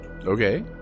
Okay